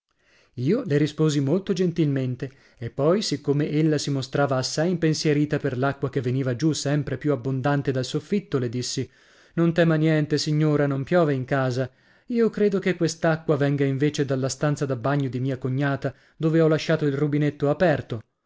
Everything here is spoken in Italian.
io le risposi molto gentilmente e poi siccome ella si mostrava assai impensierita per l'acqua che veniva giù sempre più abbondante dal soffitto le dissi non tema niente signora non piove in casa io credo che quest'acqua venga invece dalla stanza da bagno di mia cognata dove ho lasciato il rubinetto aperto